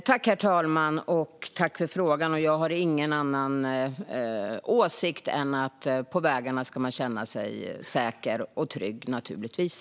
Herr talman! Tack för frågan! Jag har ingen annan åsikt än att man naturligtvis ska känna sig säker och trygg på vägarna.